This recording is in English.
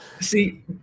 See